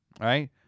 right